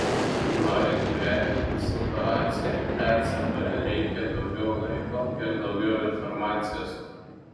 norint įvertinti situaciją ecb reikia daugiau laiko ir daugiau informacijos